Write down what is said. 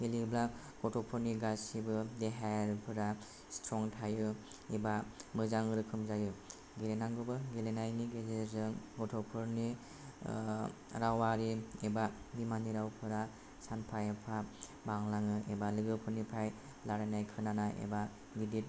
गेलेयोब्ला गथ'फोरनि गासिबो देहाफोरा स्ट्रं थायो एबा मोजां रोखोम जायो गेलेनांगौबो गेलेनायनि गेजेरजों गथ'फोरनि रावारि एबा बिमानि रावफोरा सानफा एफा बांलाङो एबा लोगोफोरनिफ्राय लानानै खोनानाय एबा गिदिर